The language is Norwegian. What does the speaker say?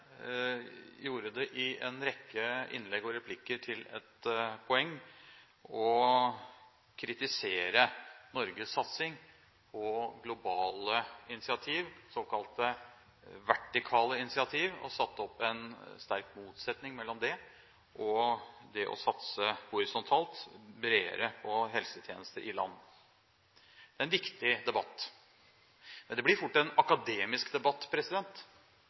gjorde det – i en rekke innlegg og replikker – til et poeng å kritisere Norges satsing på globale initiativ, såkalte vertikale initiativ, og satte opp en sterk motsetning mellom det og det å satse horisontalt – bredere – på helsetjeneste i land. Det er en viktig debatt. Men det blir fort en akademisk debatt